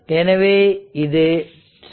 எனவே இது 7